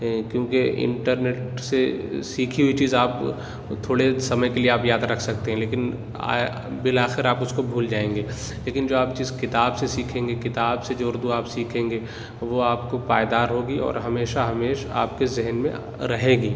کیونکہ انٹرنیٹ سے سیکھی ہوئی چیز آپ کو تھوڑے سمے کے لیے آپ یاد رکھ سکتے ہیں لیکن بالآخر آپ اس کو بھول جائیں گے لیکن جو آپ چیز کتاب سے سیکھیں گے کتاب سے جو اردو آپ سیکھیں گے وہ آپ کو پائدار ہوگی اور ہمیشہ ہمیش آپ کے ذہن میں رہے گی